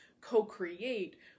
co-create